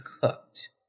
cooked